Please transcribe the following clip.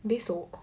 besok